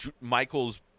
Michael's